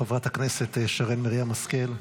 חברת הכנסת שרן מרים השכל.